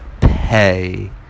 pay